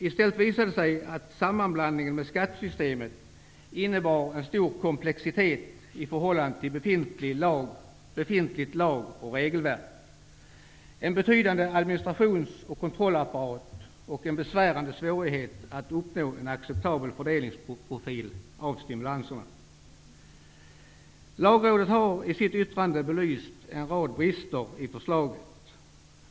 I stället visade det sig att sammanblandningen med skattesystemet innebar en stor komplexitet i förhållande till det befintliga lag och regelverket, en betydande administrationsoch kontrollapparat och en besvärande svårighet att uppnå en acceptabel fördelningsprofil i stimulanserna. Lagrådet har i sitt yttrande belyst en rad brister i förslaget.